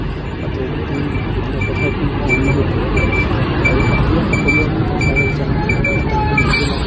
পাতে গোটেই মানে পথাৰখন শুৱনি হৈ পৰে আৰু সন্ধিয়া সকলোৱে আমি পথাৰত যাওঁ আকাশ বন্তি জ্বলাওঁ